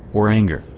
or anger,